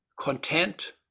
content